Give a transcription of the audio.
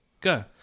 go